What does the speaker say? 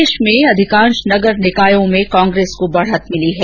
प्रदेश में अधिकांश नगर निकायों में कांग्रेस को बढ़त मिली है